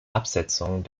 absetzung